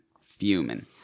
fuming